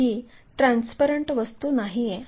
ही transparent वस्तू नाहीये